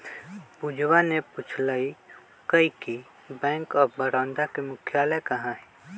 पूजवा ने पूछल कई कि बैंक ऑफ बड़ौदा के मुख्यालय कहाँ हई?